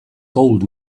told